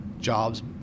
jobs